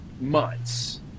months